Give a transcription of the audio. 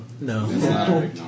No